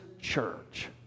church